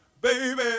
baby